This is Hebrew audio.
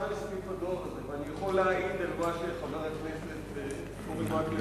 אני יכול להעיד על מה שחבר הכנסת מקלב אמר.